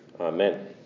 Amen